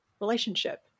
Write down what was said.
relationship